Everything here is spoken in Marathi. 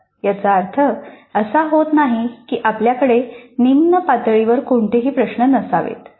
याचा अर्थ असा होत नाही की आपल्याकडे निम्न पातळीवर कोणतेही प्रश्न नसावेत